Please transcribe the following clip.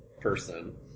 person